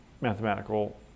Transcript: mathematical